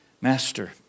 Master